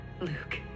Luke